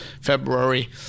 february